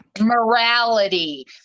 Morality